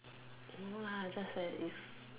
no lah just that is